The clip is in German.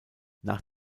nach